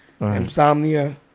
insomnia